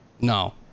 no